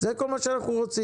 זה כל מה שאנחנו רוצים,